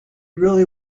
really